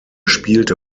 spielte